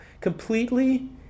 completely